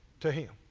to him.